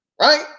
Right